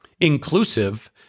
inclusive